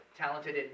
talented